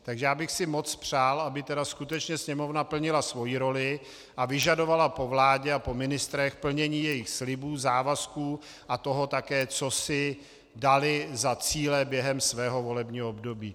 Moc bych si přál, aby skutečně Sněmovna plnila svoji roli a vyžadovala po vládě a po ministrech plnění jejich slibů, závazků a toho také, co si dali za cíle během svého volebního období.